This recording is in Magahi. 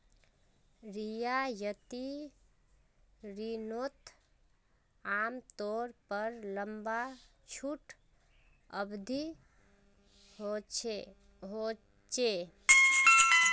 रियायती रिनोत आमतौर पर लंबा छुट अवधी होचे